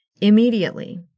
immediately